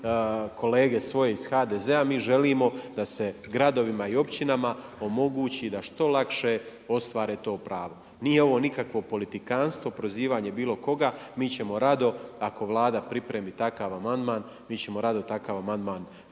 kolege svoje iz HDZ-a, mi želimo da se gradovima i općinama omogući da što lakše ostvare to pravo. Nije ovo nikakvo politikanstvo, prozivanje bilo koga, mi ćemo rado ako Vlada pripremi takav amandman, podržati i